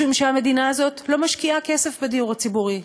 משום שהמדינה הזאת לא משקיעה כסף בדיור הציבורי.